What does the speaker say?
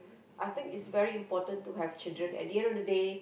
I think it's very important to have children at the end of the day